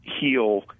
heal